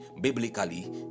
biblically